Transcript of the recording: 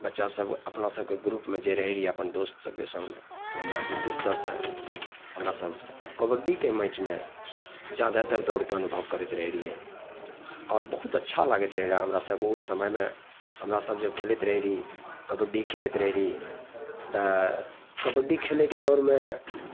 बच्चासभ अपना सभके ग्रुपमे जे रहै रहिए अपन दोस्त सभके सङ्ग ओहिमे विशेषतासे हमरासभ कबड्डीके मैचमे जादातर दौड़के अनुभव करैत रहै रहिए आओर बहुत अच्छा लागैत रहै रहै हमरा सभकेँ ओहि समयमे हमरासभ जे ओ खेलैत रहै रही कबड्डी खेलैत रहै रही तऽ कबड्डी खेलैके दौरमे